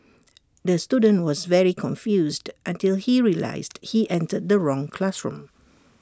the student was very confused until he realised he entered the wrong classroom